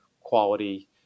quality